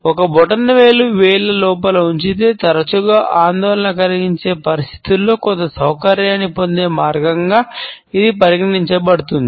ఒక బొటనవేలు వేళ్ళ లోపల ఉంచితే తరచుగా ఆందోళన కలిగించే పరిస్థితిలో కొంత సౌకర్యాన్ని పొందే మార్గంగా ఇది పరిగణించబడుతుంది